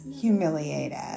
humiliated